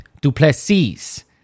Duplessis